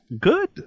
good